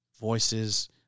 voices